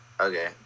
Okay